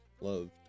loved